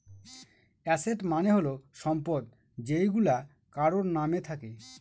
asset মানে হল সম্পদ যেইগুলা কারোর নাম থাকে